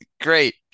Great